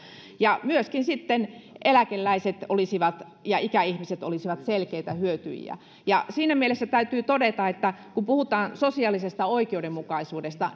ja myöskin eläkeläiset ja ikäihmiset olisivat selkeitä hyötyjiä siinä mielessä täytyy todeta että kun puhutaan sosiaalisesta oikeudenmukaisuudesta